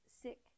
sick